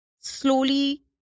slowly